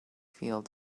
field